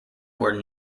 were